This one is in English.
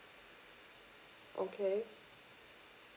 okay